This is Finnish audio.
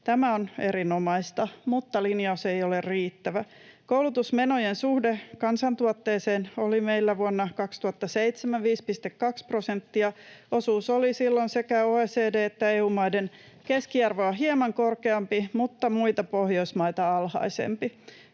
Tämä on erinomaista, mutta linjaus ei ole riittävä. Koulutusmenojen suhde kansantuotteeseen vuonna 2007 oli meillä 5,2 prosenttia. Osuus oli silloin sekä OECD- että EU-maiden keskiarvoa hieman korkeampi mutta muita Pohjoismaita alhaisempi.